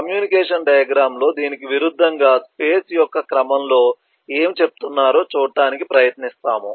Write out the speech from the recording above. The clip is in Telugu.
కమ్యూనికేషన్ డయాగ్రమ్ లో దీనికి విరుద్ధంగా స్పేస్ యొక్క క్రమంలో ఏమి చెప్తున్నారో చూడటానికి ప్రయత్నిస్తాము